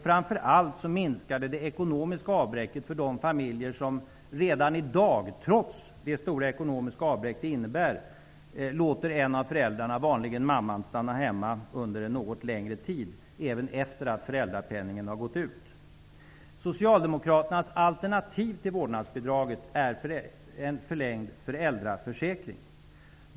Framför allt minskar det den ekonomiska förlusten för de familjer som redan i dag, trots det stora ekonomiska avbräck som det innebär, låter en av föräldrarna, vanligen mamman, stanna hemma under en något längre tid, även efter det att föräldrapenningen har gått ut. Socialdemokraternas alternativ till vårdnadsbidraget är en förlängd föräldraförsäkring.